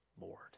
Lord